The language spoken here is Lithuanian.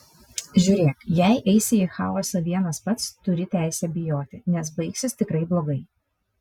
žiūrėk jei eisi į chaosą vienas pats turi teisę bijoti nes baigsis tikrai blogai